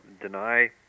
deny